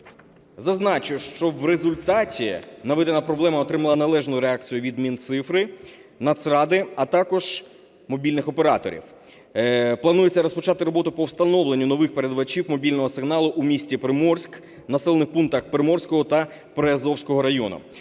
Зазначу, що в результаті наведена проблема отримала належну реакцію від Мінцифри, Нацради, а також мобільних операторів. Планується розпочати роботу по встановленню нових передавачів мобільного сигналу у місті Приморськ, населених пунктах Приморського та Приазовського району.